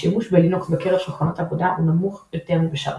השימוש בלינוקס בקרב שולחנות עבודה הוא נמוך יותר מבשרתים,